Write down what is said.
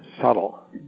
subtle